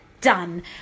done